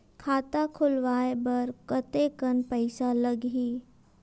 खाता खुलवाय बर कतेकन पईसा लगही?